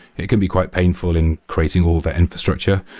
it can be quite painful in creating all the infrastructure.